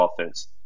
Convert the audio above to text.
offense